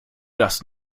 das